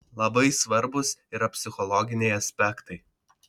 labai svarbūs yra psichologiniai aspektai